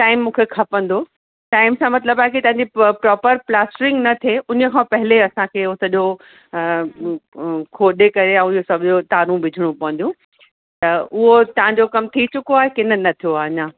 time मुखे खपंदो time सां मतलब आए कि तांजी प्रॉपर प्लास्टरिंग न थे उनी खां पहिरियों असांखे हो सॼो खोॾे करे हे हू सब तारूं विझणी पौंदियूं त उओ तांजो कम थी चुको आए की न न थियो आए अञा